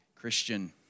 Christian